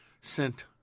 sent